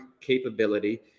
capability